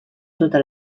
tota